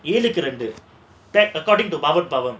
ஏழுக்கு ரெண்டு:elukku rendu according to public problem